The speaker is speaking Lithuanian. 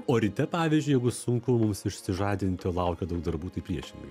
o ryte pavyzdžiui jeigu sunku mums išsižadinti laukia daug darbų tai priešingai